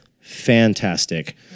fantastic